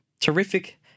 terrific